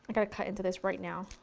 gotta cut into this right now.